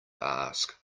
ask